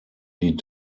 die